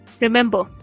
remember